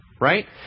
right